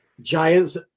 Giants